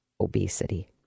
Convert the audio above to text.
obesity